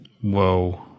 Whoa